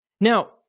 Now